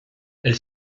elle